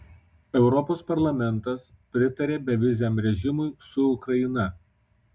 europos parlamentas pritarė beviziam režimui su ukraina